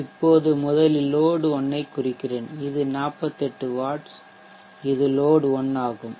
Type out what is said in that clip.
இப்போது முதலில் லோட் 1 ஐ குறிக்கிறேன் இது 48 வாட்ஸ் இது லோட் 1 ஆகும்